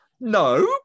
No